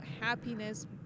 happiness